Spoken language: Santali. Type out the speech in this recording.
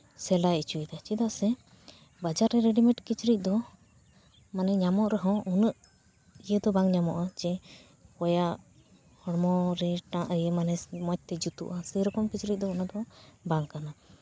ᱦᱚᱲ ᱠᱚ ᱥᱮᱞᱟᱭ ᱦᱚᱪᱚᱭᱮᱫᱟ ᱪᱮᱫᱟᱜ ᱥᱮ ᱵᱟᱡᱟᱨ ᱨᱮ ᱨᱮᱰᱤᱢᱮᱰ ᱠᱤᱪᱨᱤᱡᱫᱚ ᱢᱟᱱᱮ ᱧᱟᱢᱚᱜ ᱨᱮᱦᱚᱸ ᱩᱱᱟᱹᱜ ᱤᱭᱟᱹ ᱫᱚ ᱵᱟᱝ ᱧᱟᱢᱚᱜᱼᱟ ᱚᱠᱚᱭᱟᱜ ᱦᱚᱲᱢᱚ ᱨᱮᱭᱟᱜ ᱤᱭᱟᱹ ᱢᱟᱱᱮ ᱢᱚᱡᱽ ᱛᱮ ᱡᱩᱛᱩᱜᱼᱟ ᱥᱮᱭ ᱨᱚᱠᱚᱢ ᱠᱤᱪᱨᱤᱡ ᱫᱚ ᱚᱱᱟ ᱫᱚ ᱵᱟᱝ ᱠᱟᱱᱟ